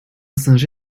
singe